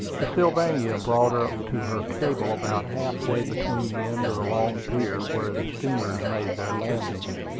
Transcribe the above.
the sylvania brought up to her cable about half-way between the end of the long pier, where the steamers made their landings,